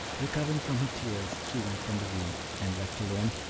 recovering from her tears, she went from the room, and, left alone,